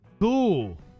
Cool